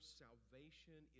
salvation